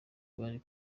bari